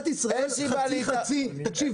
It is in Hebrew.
לא,